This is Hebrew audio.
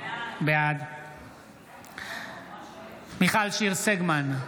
אינה נוכחת אלעזר שטרן,